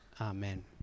Amen